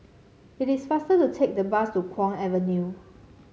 it is faster to take the bus to Kwong Avenue